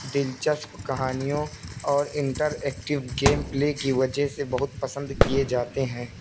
دلچسپ کہانیوں اور انٹریکٹیو گیم پلے کی وجہ سے بہت پسند کیے جاتے ہیں